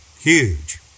huge